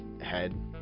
head